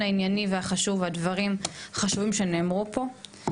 הענייני והחשוב ועל הדברים החשובים שנאמרו פה.